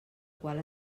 qual